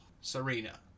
Serena